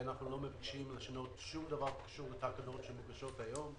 אנחנו לא מבקשים לשנות שום דבר שקשור לתקנות שמוגשות היום,